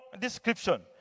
description